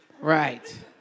Right